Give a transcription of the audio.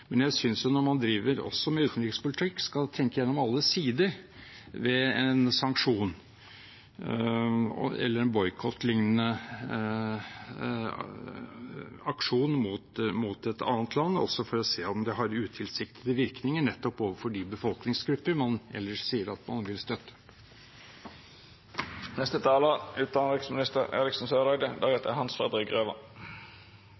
Men jeg synes man, når man driver med utenrikspolitikk, skal tenke gjennom alle sider ved en sanksjon eller boikottlignende aksjon mot et annet land – også for å se om det har utilsiktede virkninger overfor nettopp de befolkningsgrupper man ellers sier man vil